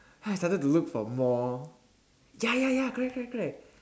then I started to look for more ya ya ya correct correct correct